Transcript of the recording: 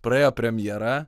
praėjo premjera